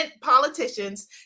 politicians